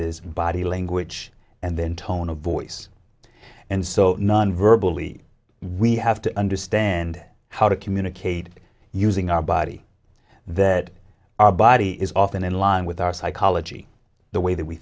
is body language and then tone of voice and so nonverbally we have to understand how to communicate using our body that our body is often in line with our psychology the way that we